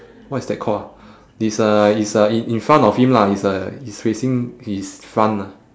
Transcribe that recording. wwhat is that called ah it's uh it's uh i~ in front of him lah it's uh it's facing his front ah